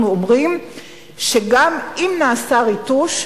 אנחנו אומרים שאם נעשה ריטוש,